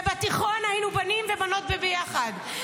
ובתיכון היינו בנים ובנות ביחד.